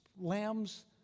lambs